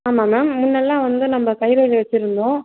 ஆமாம் மேம் முன்னெல்லாம் வந்து நம்ம கைரேகை வச்சுருந்தோம்